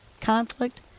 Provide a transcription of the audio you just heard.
conflict